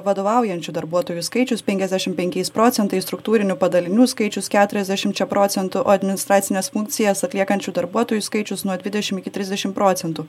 vadovaujančių darbuotojų skaičius penkiasdešim penkiais procentais struktūrinių padalinių skaičius keturiasdešimčia procentų o administracines funkcijas atliekančių darbuotojų skaičius nuo dvidešim iki trisdešim procentų